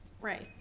Right